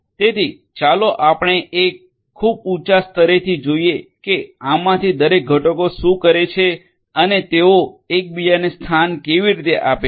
તેથી ચાલો આપણે એક ખૂબ જ ઉચ્ચ સ્તરેથી જોઈએ કે આમાંથી દરેક ઘટકો શું કરે છે અને તેઓ એકબીજાને સ્થાન કેવી રીતે આપે છે